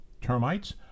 termites